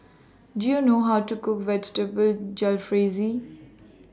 Do YOU know How to Cook Vegetable Jalfrezi